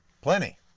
plenty